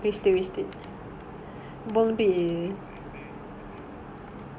I never played the Diablo three I think it became like what I buy I buy for